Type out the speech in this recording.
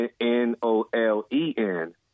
N-O-L-E-N